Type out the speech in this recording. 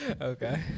Okay